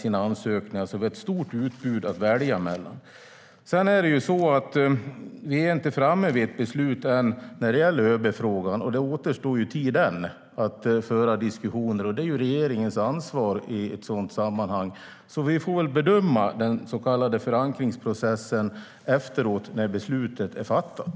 Vi har ett stort utbud att välja på. Vi är inte framme vid ett beslut än när det gäller ÖB-frågan. Det återstår tid än att föra diskussioner. Det är regeringens ansvar i ett sådant sammanhang. Vi får bedöma den så kallade förankringsprocessen efteråt när beslutet är fattat.